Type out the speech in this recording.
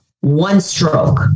one-stroke